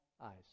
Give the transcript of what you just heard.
eyes